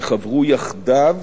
שחברו יחדיו